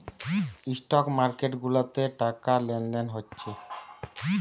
stock market গুলাতে টাকা লেনদেন হচ্ছে